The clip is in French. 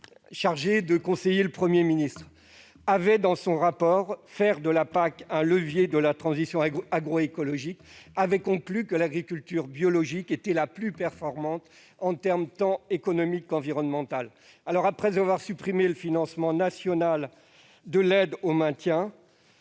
chargé de conseiller le Premier ministre avait fait de la PAC, dans son rapport, un levier de la transition agroécologique. Il avait également estimé que l'agriculture biologique était la plus performante en termes tant économiques qu'environnementaux. Après avoir supprimé le financement national de l'aide au maintien,